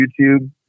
youtube